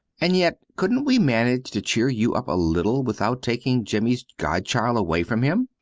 and yet couldn't we manage to cheer you up a little without taking jimmy's godchild away from him?